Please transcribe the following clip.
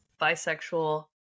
bisexual